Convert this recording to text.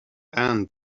and